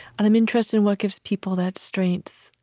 i'm interested in what gives people that strength.